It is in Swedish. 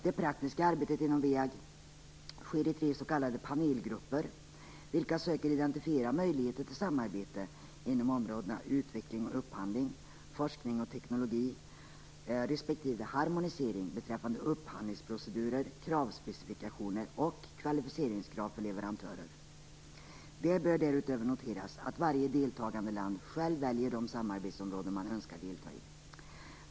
Det praktiska arbetet inom WEAG sker i tre s.k. panelgrupper, vilka söker identifiera möjligheter till samarbete inom områdena utveckling och upphandling, forskning och teknologi respektive harmonisering beträffande upphandlingsprocedurer, kravspecifikationer och kvalificeringskrav för leverantörer. Det bör därutöver noteras att varje deltagande land självt väljer de samarbetsområden man önskar delta i.